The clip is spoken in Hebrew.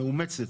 מאומצת,